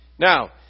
Now